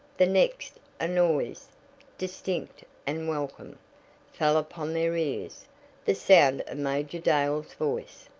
the next a noise distinct and welcome fell upon their ears the sound of major dale's voice.